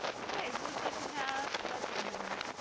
okay, looks like we have a budget amendment.